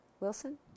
Wilson